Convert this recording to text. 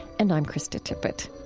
and i'm krista tippett